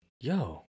yo